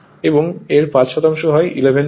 এবং এর 5 শতাংশ হয় 11 ভোল্ট